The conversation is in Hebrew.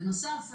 בנוסף,